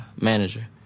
manager